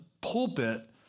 pulpit